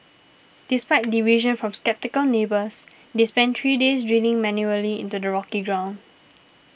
despite derision from sceptical neighbours they spent three days drilling manually into the rocky ground